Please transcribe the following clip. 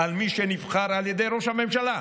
על מי שנבחר על ידי ראש הממשלה,